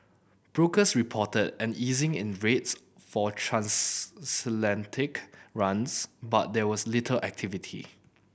brokers reported an easing in rates for transatlantic runs but there was little activity